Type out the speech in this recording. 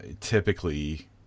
typically